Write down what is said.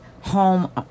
home